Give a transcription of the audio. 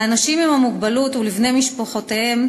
לאנשים עם מוגבלות ולבני-משפחותיהם,